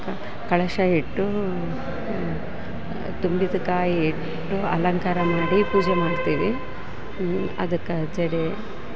ಕ ಕಳಶ ಇಟ್ಟು ತುಂಬಿದಕಾಯಿ ಇಟ್ಟು ಅಲಂಕಾರ ಮಾಡಿ ಪೂಜೆ ಮಾಡ್ತಿವಿ ಅದಕ್ಕೆ ಜಡೆ